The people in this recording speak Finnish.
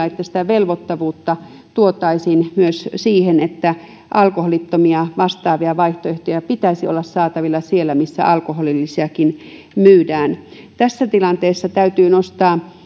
että sitä velvoittavuutta tuotaisiin myös siihen että alkoholittomia vastaavia vaihtoehtoja pitäisi olla saatavilla siellä missä alkoholillisiakin myydään tässä tilanteessa täytyy nostaa